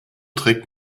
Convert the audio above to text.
trägt